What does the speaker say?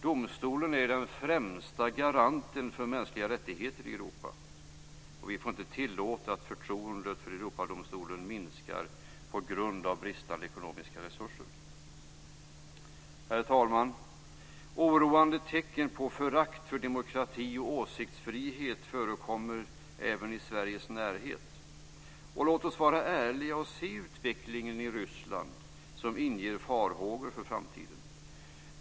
Domstolen är den främsta garanten för mänskliga rättigheter i Europa. Vi får inte tillåta att förtroendet för Europadomstolen minskar på grund av bristande ekonomiska resurser. Herr talman! Oroande tecken på förakt för demokrati och åsiktsfrihet förekommer även i Sveriges närhet. Låt oss vara ärliga och se att utvecklingen i Ryssland inger farhågor för framtiden.